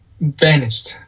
vanished